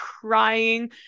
crying